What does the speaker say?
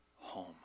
home